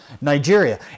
Nigeria